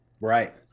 Right